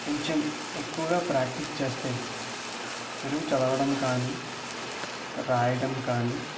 కొంచెం ఎక్కువగా ప్రాక్టీస్ చేస్తే తెలుగు చదవడం కానీ రాయడం కానీ